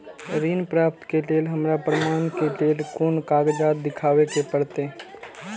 ऋण प्राप्त के लेल हमरा प्रमाण के लेल कुन कागजात दिखाबे के परते?